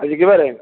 ଆଜି କି ବାର